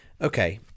Okay